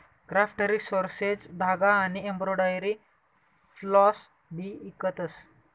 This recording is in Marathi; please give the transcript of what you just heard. क्राफ्ट रिसोर्सेज धागा आनी एम्ब्रॉयडरी फ्लॉस भी इकतस